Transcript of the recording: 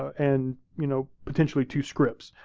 and you know potentially, two scripts.